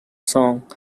song